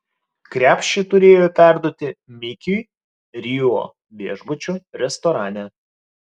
krepšį turėjo perduoti mikiui rio viešbučio restorane